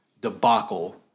debacle